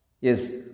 yes